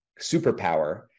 superpower